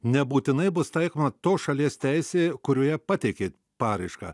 nebūtinai bus taikoma tos šalies teisė kurioje pateikei paraišką